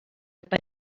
per